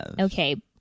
Okay